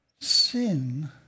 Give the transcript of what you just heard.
sin